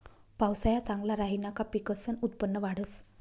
पावसाया चांगला राहिना का पिकसनं उत्पन्न वाढंस